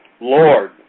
Lord